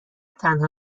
تنها